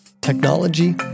technology